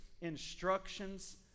instructions